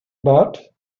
but